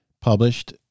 published